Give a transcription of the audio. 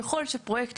ככול שפרויקט,